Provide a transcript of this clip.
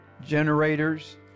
generators